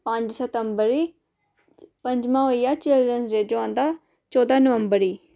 पंज सितम्बर गी पंजमा होई गेआ चिल्ड्रन डे जो आंदा चौदां नवंबर गी